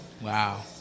Wow